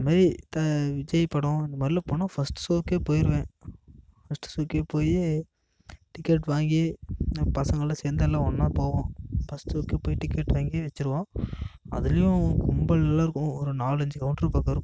அது மாதிரி த விஜய் படம் இந்த மாதிரிலும் போன ஃபஸ்ட் ஷோக்கே போயிடுவேன் ஃபஸ்ட்டு ஷோக்கே போய் டிக்கெட் வாங்கி நான் பசங்களாம் சேர்ந்து எல்லாம் ஒன்னா போவோம் ஃபஸ்ட் ஷோக்கே போய் டிக்கெட் வாங்கி வச்சுருவோம் அதுலேயும் கும்பல்லாம் இருக்கும் ஒரு நாலு அஞ்சு கவுண்ட்ரு திறந்துருக்கும்